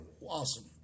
Awesome